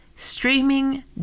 streaming